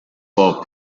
hop